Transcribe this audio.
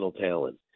talent